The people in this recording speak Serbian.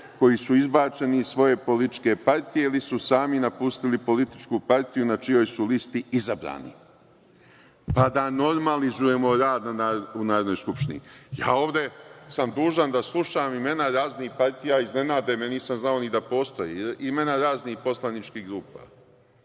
koji su izbačeni iz svoje političke partije ili su sami napustili političku partiju na čijoj su listi izabrani, pa da normalizujemo radu u Narodnoj skupštini. Ovde sam dužan da slušam imena raznih partija. Iznenade me jer nisam znao ni da postoje, imena raznih poslaničkih grupa.